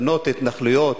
לפנות התנחלויות?